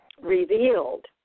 revealed